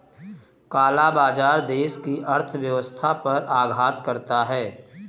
काला बाजार देश की अर्थव्यवस्था पर आघात करता है